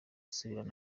asubirana